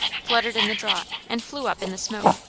fluttered in the draught, and flew up in the smoke.